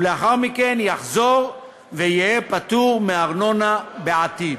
ולאחר מכן יחזור ויהיה פטור מארנונה בעתיד.